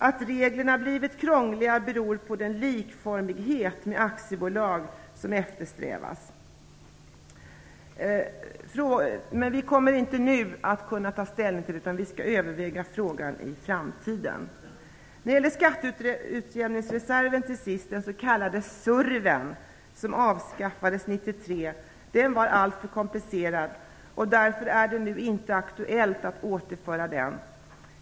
Att reglerna har blivit krångliga beror på den likformighet med aktiebolag som eftersträvas. Vi kommer inte nu att kunna ta ställning, utan vi skall överväga frågan i framtiden. Skatteutjämningsreserven, SURV:en, som avskaffades 1993 var alltför komplicerad, och därför är det nu inte aktuellt att återinföra den.